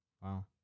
Wow